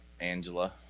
angela